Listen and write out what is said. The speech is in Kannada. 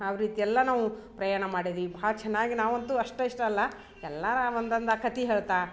ಆವ ರೀತಿ ಎಲ್ಲ ನಾವು ಪ್ರಯಾಣ ಮಾಡಿದಿ ಭಾಳ ಚೆನ್ನಾಗಿ ನಾವಂತೂ ಅಷ್ಟೆ ಇಷ್ಟಲ್ಲ ಎಲ್ಲಾರ ಒಂದಂದ ಕತಿ ಹೇಳ್ತಾ